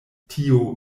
tio